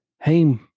Hey